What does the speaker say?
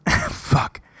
Fuck